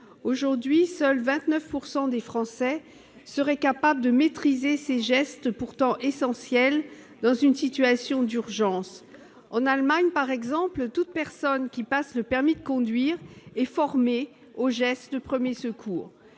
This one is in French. Aujourd'hui, seuls 29 % des Français seraient capables de maîtriser ces gestes, pourtant essentiels dans une situation d'urgence. En Allemagne, toute personne qui passe le permis de conduire est formée aux gestes de premier secours,